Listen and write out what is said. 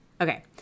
Okay